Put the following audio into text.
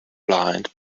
blind